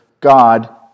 God